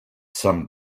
some